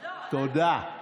תודה.